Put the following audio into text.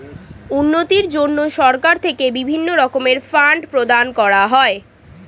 উন্নতির জন্য সরকার থেকে বিভিন্ন রকমের ফান্ড প্রদান করা হয়